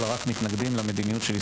אלא רק מתנגדים למדיניות של ישראל,